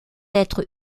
être